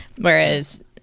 Whereas